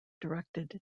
directed